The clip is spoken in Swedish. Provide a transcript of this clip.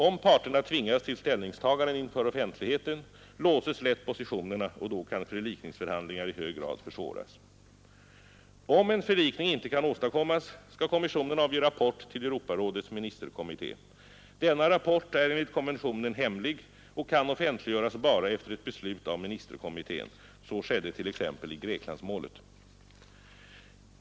Om parterna tvingas till ställningstaganden inför offentligheten, låses lätt positionerna, och då kan förlikningsförhandlingar i hög grad försvåras. Om en förlikning inte kan åstadkommas, skall kommissionen avge rapport till Europarådets ministerkommitté. Denna rapport är enligt konventionen hemlig och kan offentliggöras bara efter ett beslut av ministerkommittén. Så skedde t.ex. i Greklandsmålet.